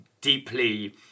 deeply